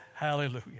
Hallelujah